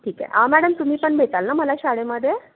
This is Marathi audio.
आं मॅडम तुम्ही पण भेटाल ना शाळेमधे